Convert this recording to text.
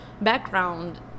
background